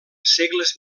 segles